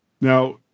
Now